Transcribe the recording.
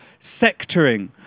sectoring